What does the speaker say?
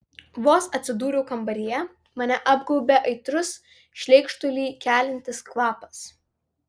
vos atsidūriau kambaryje mane apgaubė aitrus šleikštulį keliantis kvapas